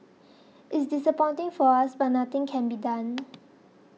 it's disappointing for us but nothing can be done